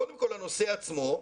קודם כל הנושא עצמו,